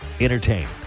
Entertain